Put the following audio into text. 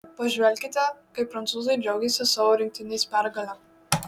pažvelkite kaip prancūzai džiaugėsi savo rinktinės pergale